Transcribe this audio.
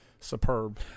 superb